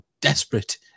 desperate